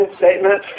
statement